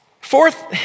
Fourth